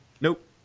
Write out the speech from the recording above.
nope